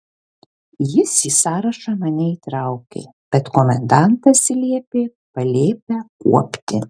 jis į sąrašą mane įtraukė bet komendantas liepė palėpę kuopti